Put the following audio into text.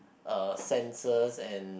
uh sensors and